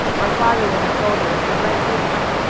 our father was a soldier, and a right good one,